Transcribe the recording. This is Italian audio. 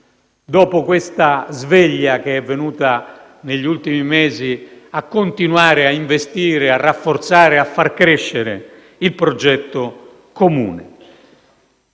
dopo questa sveglia che è venuta negli ultimi mesi, a continuare a investire, a rafforzare e a far crescere il progetto comune.